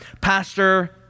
Pastor